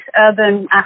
urban